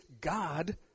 God